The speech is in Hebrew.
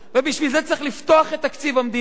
ובשביל זה צריך לפתוח את תקציב המדינה,